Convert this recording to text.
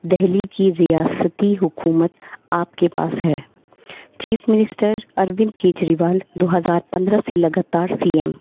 دہلی کی ریاستی حکومت آپ کے پاس ہے چیف منسٹر اروند کیجریوال دو ہزار پندرہ سے لگاتار سی ایم